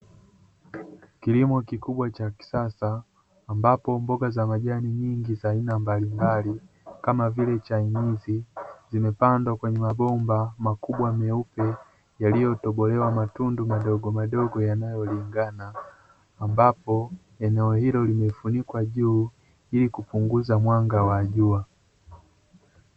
Kilimo kikubwa cha kisasa ambapo mboga za majani nyingi za aina mbali mbali kama vile chainizi, zimepandwa kwenye mabomba makubwa meupe, yaliyotobolewa matundu madogomadogo yanayolingana, ambapo eneo hilo limefunikwa juu ili kupunguza mwanga wa jua.